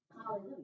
Hallelujah